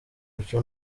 mico